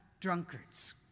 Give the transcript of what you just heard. drunkards